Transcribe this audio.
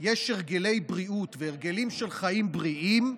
יש הרגלי בריאות והרגלים של חיים בריאים,